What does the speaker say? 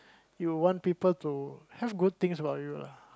you want people to have good things about you lah